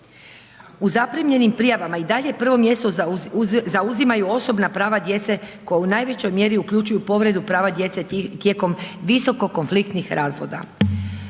U zaprimljenim prijavama i dalje prvo mjesto zauzimaju osobna prava djece koja u najvećoj mjeri uključuju povredu prava djece tijekom visoko konfliktnih razvoda.